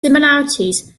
similarities